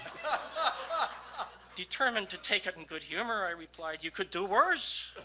but determined to take up in good humor, i replied, you could do worse!